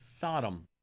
Sodom